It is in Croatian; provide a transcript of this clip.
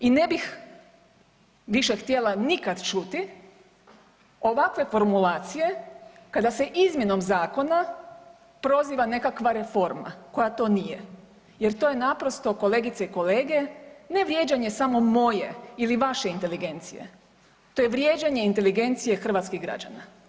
I ne bih htjela više nikad čuti ovakve formulacije kada se izmjenom zakona proziva nekakva reforma koja to nije jer to je naprosto kolegice i kolege, ne vrijeđanje samo moje ili vaše inteligencije, to je vrijeđanje inteligencije hrvatskih građana.